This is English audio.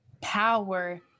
power